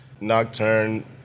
Nocturne